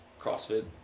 CrossFit